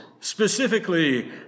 specifically